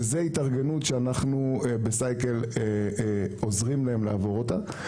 וזו התארגנות שאנחנו בסייקל עוזרים להם לעבור אותה.